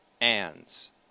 ands